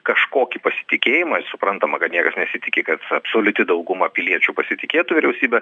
kažkokį pasitikėjimą ir suprantama kad niekas nesitiki kad absoliuti dauguma piliečių pasitikėtų vyriausybe